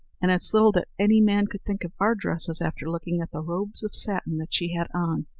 and it's little that any man could think of our dresses after looking at the robes of satin that she had on!